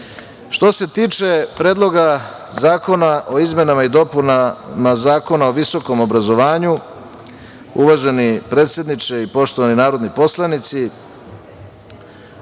se tiče Predloga zakona o izmenama i dopunama Zakona o visokom obrazovanju, uvaženi predsedniče i poštovani narodni poslanici,